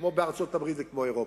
כמו בארצות-הברית וכמו באירופה,